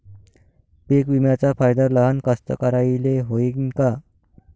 पीक विम्याचा फायदा लहान कास्तकाराइले होईन का?